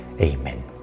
Amen